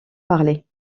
parler